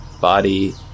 body